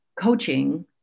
coaching